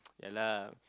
ya lah